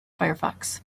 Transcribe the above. firefox